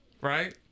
right